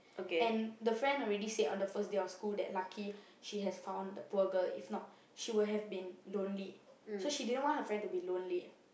and the friend already said on the first day of school that lucky she has found the poor girl if not she would have been lonely so she didn't want her friend to be lonely